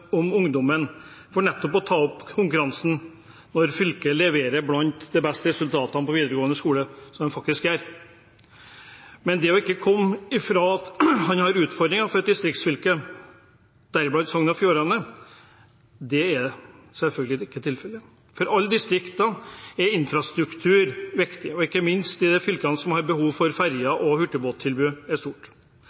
for nettopp å ta opp konkurransen, når fylket leverer noen av de beste resultatene på videregående skole – som det faktisk gjør. Men en kan ikke komme bort fra at det ikke er utfordringer for et distriktsfylke, deriblant Sogn og Fjordane – det er selvfølgelig ikke tilfellet. For alle distrikter er infrastruktur viktig og ikke minst i de fylkene som har stort behov for ferjer og